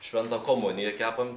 šventą komuniją kepam